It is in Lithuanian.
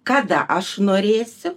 kada aš norėsiu